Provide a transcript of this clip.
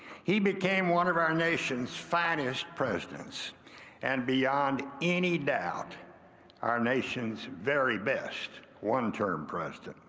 he became one of our nation's finest presidents and beyond any doubt our nation's very best one term president.